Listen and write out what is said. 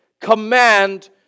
command